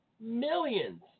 millions